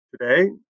today